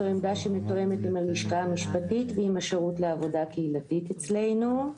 זו עמדה שמתואמת עם הלשכה המשפטית ועם השירות לעבודה קהילתית אצלנו.